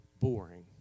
boring